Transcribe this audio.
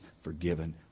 forgiven